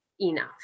enough